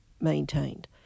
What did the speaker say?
maintained